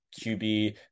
qb